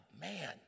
man